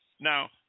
Now